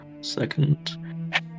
second